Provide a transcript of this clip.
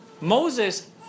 Moses